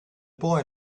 boy